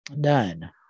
done